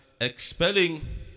expelling